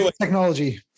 technology